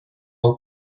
all